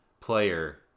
player